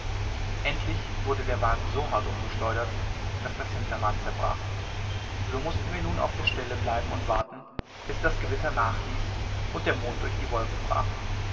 endlich wurde der wagen so hart umgeschleudert daß das hinterrad zerbrach so mußten wir nun auf der stelle bleiben und warten bis das gewitter nachließ und der mond durch die wolken brach